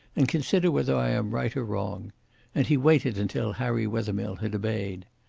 and consider whether i am right or wrong and he waited until harry wethermill had obeyed.